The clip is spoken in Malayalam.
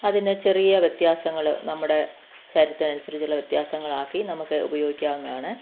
അതിന് ചെറിയ വ്യത്യാസങ്ങൾ നമ്മുടെ ശരീരത്തിനനുസരിച്ചുള്ള വ്യത്യങ്ങളാക്കി നമുക്ക് ഉപയോഗിക്കാവുന്നയാണ്